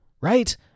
right